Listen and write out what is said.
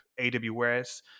AWS